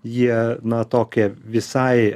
jie na tokie visai